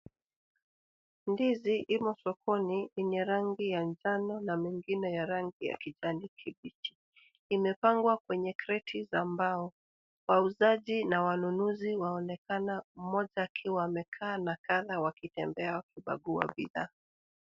Ndizi imo sokoni yenye rangi ya njano na mengine ya rangi ya kijani kibichi. Imepangwa kwenye kreti za mbao. Wauzaji na wanunuzi waonekana moja akiwa amekaa na kadhaa wakitembea wakikagua bidhaa.